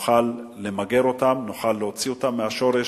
נוכל למגר אותן, נוכל להוציא אותן מהשורש